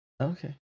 Okay